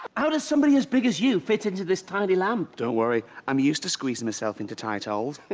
how does somebody as big as you fit into this tiny lamp? don't worry, i'm used to squeezing myself into tight holes.